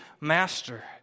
master